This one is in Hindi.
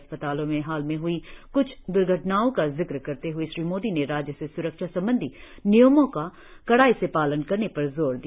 अस्पतालों में हाल में ह्ई कुछ दुर्घटनाओं का जिक्र करते हुए श्री मोदी ने राज्यों से स्रक्षा संबंधी नियमों का कड़ाई से पालन करने पर जोर दिया